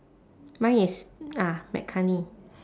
mine is ah mccartney